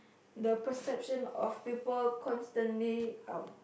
the perception of people constantly um